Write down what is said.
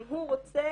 אם הו רוצה,